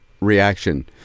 reaction